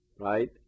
right